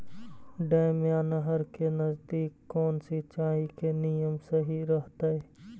Dam या नहर के नजदीक कौन सिंचाई के नियम सही रहतैय?